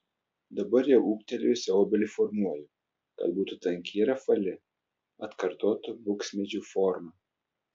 dabar jau ūgtelėjusią obelį formuoju kad būtų tanki ir apvali atkartotų buksmedžių formą